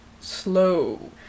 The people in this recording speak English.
Slow